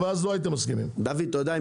אז מה, אז